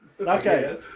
Okay